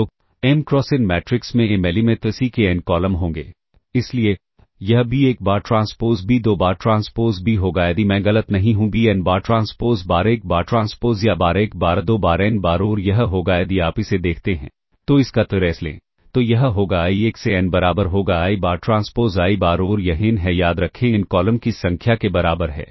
तो M cross N matrix में M element C के N कॉलम होंगे इसलिए यह B 1 बार ट्रांसपोज़ B 2 बार ट्रांसपोज़ B होगा यदि मैं गलत नहीं हूं B N बार ट्रांसपोज़ बार a 1 बार ट्रांसपोज़ या बार a 1 बार a 2 बार a n बार और यह होगा यदि आप इसे देखते हैं तो इसका ट्रेस लें तो यह होगा i 1 से n बराबर होगा i बार ट्रांसपोज़ a i बार और यह n है याद रखें n कॉलम की संख्या के बराबर है